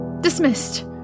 dismissed